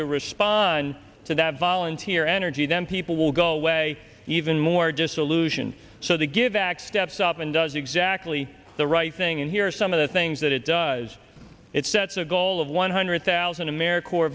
to respond to that volunteer energy then people will go away even more just solution so they give steps up and does exactly the right thing and here are some of the things that it does it sets a goal of one hundred thousand americ